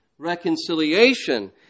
reconciliation